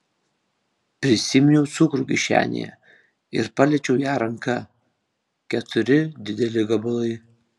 prisiminiau cukrų kišenėje ir paliečiau ją ranka keturi dideli gabalai